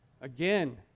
Again